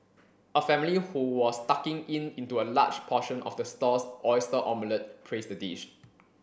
a family who was tucking in into a large portion of the stall's oyster omelette praised the dish